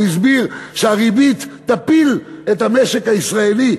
הוא הסביר שהריבית תפיל את המשק הישראלי,